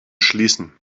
schließen